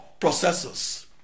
processors